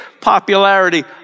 popularity